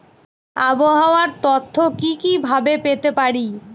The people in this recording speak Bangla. আবহাওয়ার তথ্য কি কি ভাবে পেতে পারি?